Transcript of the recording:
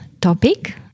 topic